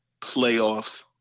playoffs